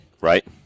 Right